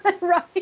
right